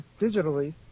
digitally